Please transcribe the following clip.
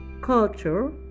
culture